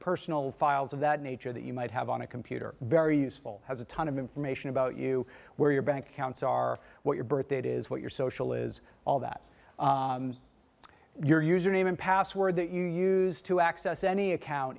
personal files of that nature that you might have on a computer very useful has a ton of information about you where your bank accounts are what your birthdate is what your social is all that your username and password that you use to access any account